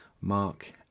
mark